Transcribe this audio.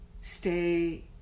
stay